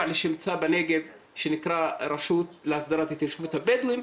לשמצה בנגב שנקרא רשות להסדרת התיישבות הבדואים,